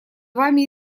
вами